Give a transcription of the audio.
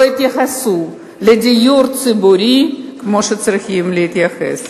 התייחסו לדיור הציבורי כמו שהיו צריכות להתייחס.